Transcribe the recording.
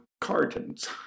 cartons